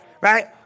right